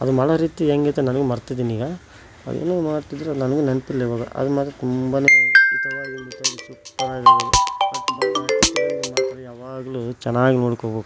ಅದನ್ ಮಾಡೋ ರೀತಿ ಹೆಂಗೈತಿ ನನಗೆ ಮರ್ತಿದ್ದೀನೀಗ ಅದೇನೋ ಮಾಡ್ತಿದ್ದರು ನನಗೂ ನೆನಪಿಲ್ಲ ಇವಾಗ ಅದು ಮಾತ್ರ ತುಂಬಾ ಯಾವಾಗಲೂ ಚೆನ್ನಾಗಿ ನೋಡ್ಕೋಬೇಕು